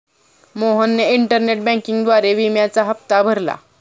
मोहनने इंटरनेट बँकिंगद्वारे विम्याचा हप्ता भरला